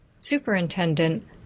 superintendent